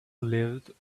lived